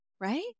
right